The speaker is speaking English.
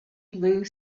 blue